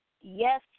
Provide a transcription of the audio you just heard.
Yes